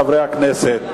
חברי חברי הכנסת,